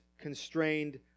constrained